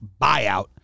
buyout